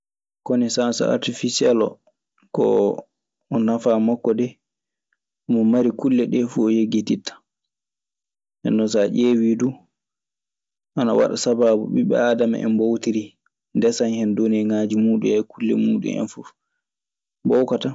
Konesaans artificeel oo, ko nafaa maɓɓe makko dee. Mo mari kulle ɗee foo, o yeggititta. Nden non so ƴeewii du, ɓiɓɓe aadama en mboowtiii. Ndesan hen doneŋaaji muuɗu en e kulle muuɗun en fuf. Mboowka tan.